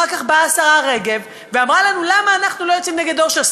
אחר כך באה השרה רגב ושאלה אותנו למה אנחנו לא יוצאים נגד אורשר.